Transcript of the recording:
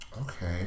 Okay